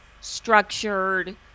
structured